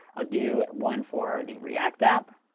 i'll do one for the react app.